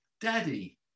Daddy